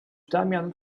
damian